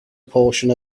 portion